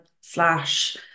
slash